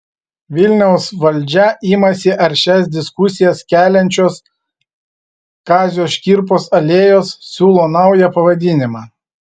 vilniaus valdžia imasi aršias diskusijas keliančios kazio škirpos alėjos siūlo naują pavadinimą